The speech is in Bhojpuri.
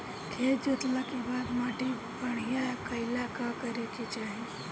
खेत जोतला के बाद माटी बढ़िया कइला ला का करे के चाही?